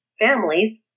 families